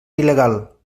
il·legal